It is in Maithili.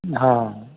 हँ